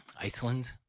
Iceland